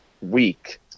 week